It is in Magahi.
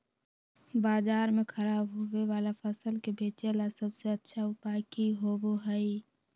बाजार में खराब होबे वाला फसल के बेचे ला सबसे अच्छा उपाय की होबो हइ?